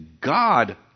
God